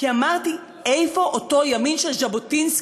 כי אמרתי: איפה אותו ימין של ז'בוטינסקי,